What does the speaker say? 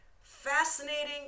fascinating